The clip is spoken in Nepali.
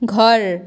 घर